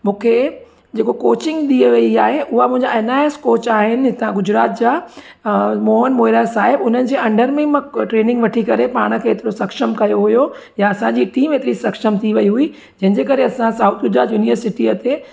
मूंखे जेको कोचिंग दी वई आहे उहा मुंहिंजा आहे एन आइ एस कॉच आहे हितां गुजरात जा मूं अ मोहन मुहिरा साहिब हुन जे अंडर में ई मां ट्रेनिंग वठी करे पाण खे हेतिरो सक्षम कयो हुयो या असांजी टीम हेतिरी सक्षम थी वई हुई जंहिंजे करे असां साउथ गुजरात यूनिवर्सिटीअ ते